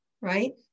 right